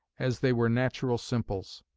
as they were natural simples.